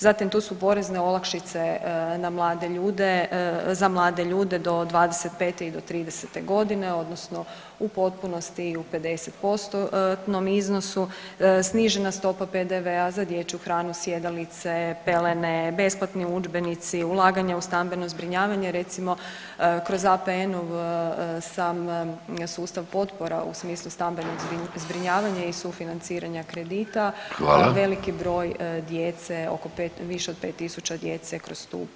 Zatim tu su porezne olakšice na mlade ljude, za mlade ljude do 25 i do 30 godine odnosno u potpunosti i u 50%-nom iznosu, snižena stopa PDV-a za dječju hranu, sjedalice, pelene, besplatni udžbenici, ulaganja u stambeno zbrinjavanje recimo kroz APN-ov sam sustav potpora u smislu stambenog zbrinjavanja i sufinanciranja kredita [[Upadica: Hvala.]] veliki broj djece oko 5, više od 5.000 djece kroz tu potporu prođe.